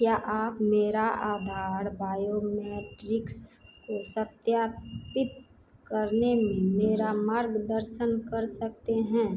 क्या आप मेरा आधार बायोमेट्रिक्स को सत्यापित करने में मेरा मार्गदर्शन कर सकते हैं